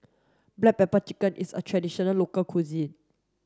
black pepper chicken is a traditional local cuisine